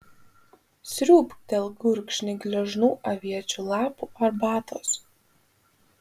sriūbtelk gurkšnį gležnų aviečių lapų arbatos